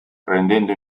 rendendo